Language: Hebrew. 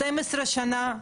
12 שנה,